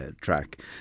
track